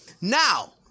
Now